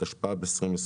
התשפ"ב-2021".